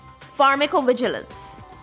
pharmacovigilance